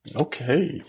Okay